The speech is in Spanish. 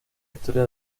historia